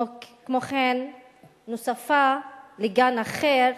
כמו כן נוספה לגן אחר,